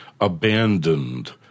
abandoned